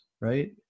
right